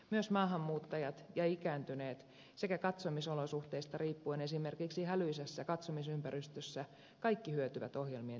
myös maahanmuuttajat ja ikääntyneet sekä katsomisolosuhteista riippuen esimerkiksi hälyisässä katsomisympäristössä olevat kaikki hyötyvät ohjel mien tekstityksestä